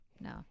no